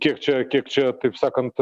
kiek čia kiek čia kaip sakant